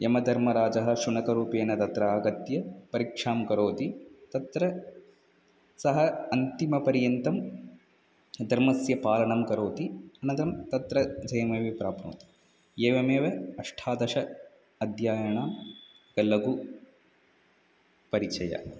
यमधर्मराजः शुनकरूपेण तत्र आगत्य परीक्षां करोति तत्र सः अन्तिमपर्यन्तं धर्मस्य पालनं करोति अनन्तरं तत्र जयमपि प्राप्नोति एवमेव अष्टादश अध्यायानां लघु परिचयः